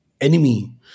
enemy